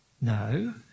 No